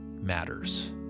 matters